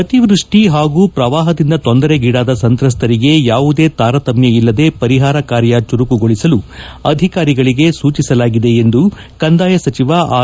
ಅತಿವೃಷ್ಟಿ ಹಾಗೂ ಪ್ರವಾಹದಿಂದ ತೊಂದರೆಗೀಡಾದ ಸಂತ್ರಸ್ತರಿಗೆ ಯಾವುದೇ ತಾರತಮ್ಯ ಇಲ್ಲದೆ ಪರಿಹಾರ ಕಾರ್ಯ ಚುರುಕುಗೊಳಿಸಲು ಅಧಿಕಾರಿಗಳಿಗೆ ಸೂಚಿಸಲಾಗಿದೆ ಎಂದು ಕಂದಾಯ ಸಚಿವ ಆರ್